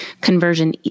conversion